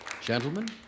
Gentlemen